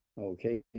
okay